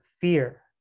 fear